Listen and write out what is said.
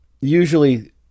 Usually